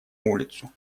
улицу